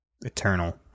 Eternal